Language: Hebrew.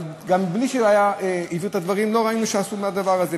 אבל גם בלי שהבהיר את הדברים לא ראינו שעשו בדבר הזה.